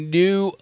new